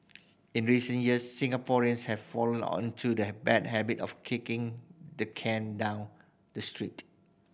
in recent years Singaporeans have fallen onto the bad habit of kicking the can down the street